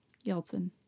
Yeltsin